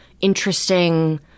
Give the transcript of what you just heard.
interesting